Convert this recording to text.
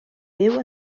byw